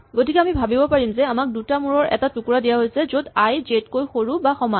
গতিকে আমি ভাৱিব পাৰো যে আমাক দুটা মূৰৰ এটা টুকুৰা দিয়া হৈছে য'ত আই জে তকৈ সৰু বা সমান